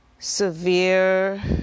Severe